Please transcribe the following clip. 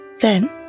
Then